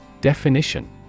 Definition